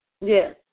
Yes